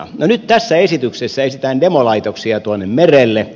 no nyt tässä esityksessä esitetään demolaitoksia tuonne merelle